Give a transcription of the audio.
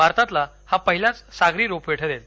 भारतातला हा पहिलाच सागरी रोप वे ठरेल